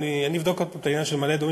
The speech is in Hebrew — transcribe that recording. אני אבדוק עוד הפעם את העניין של מעלה-אדומים.